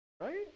right